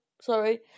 sorry